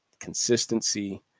consistency